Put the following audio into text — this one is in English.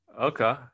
Okay